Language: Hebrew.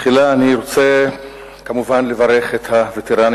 תחילה אני רוצה כמובן לברך את הווטרנים